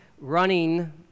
Running